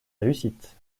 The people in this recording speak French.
réussite